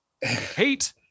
hate